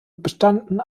bestanden